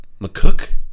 McCook